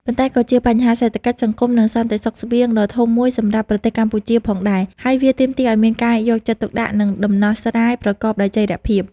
ប៉ុន្តែក៏ជាបញ្ហាសេដ្ឋកិច្ច សង្គម និងសន្តិសុខស្បៀងដ៏ធំមួយសម្រាប់ប្រទេសកម្ពុជាផងដែរ ហើយវាទាមទារឱ្យមានការយកចិត្តទុកដាក់ និងដំណោះស្រាយប្រកបដោយចីរភាព។